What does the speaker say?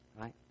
Right